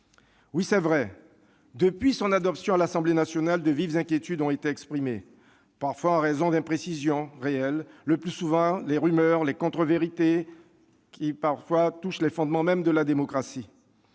Il est vrai que, depuis son adoption à l'Assemblée nationale, de vives inquiétudes ont été exprimées, parfois en raison d'imprécisions réelles, le plus souvent à cause de rumeurs et de contre-vérités, qui touchent les fondements mêmes de la démocratie.